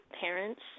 parents